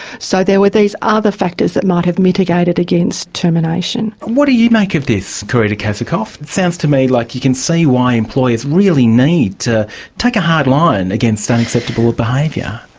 so there were these other factors that might have mitigated against termination. what do you make of this, carita kazakoff? it sounds to me like you can see why employers really need to take a hard line against unacceptable behaviour.